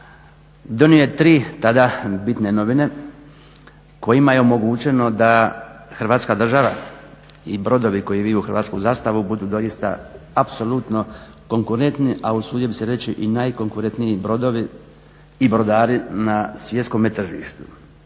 donio je tri tada bitne novine kojima je omogućeno da Hrvatska država i brodovi koji vire hrvatsku zastavu budu doista apsolutno konkurentni, a usuđujem se reći i najkonkurentniji brodovi i brodari na svjetskome tržištu.